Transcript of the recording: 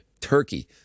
Turkey